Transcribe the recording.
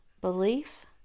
belief